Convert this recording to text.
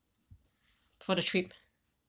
for the trip